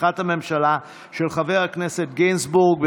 בתמיכת הממשלה, של חבר הכנסת גינזבורג.